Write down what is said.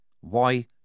Why